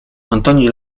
antoni